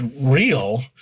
real